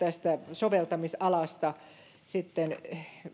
soveltamisalasta sitten